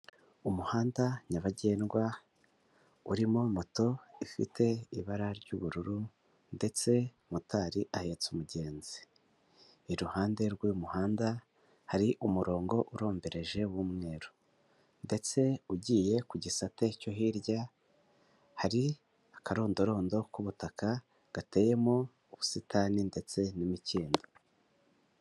Umuhanda nyabagendwa urimo moto ifite ibara ry'ubururu, ndetse motari ahetse umugenzi. Iruhande rw'umuhanda hari umurongo urombereje w'umweru, ndetse ugiye ku gisate cyo hirya hari akarondorondo k'ubutaka gateyemo ubusitani ndetse n'imikindo.